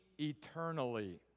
eternally